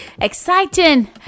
exciting